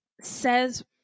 says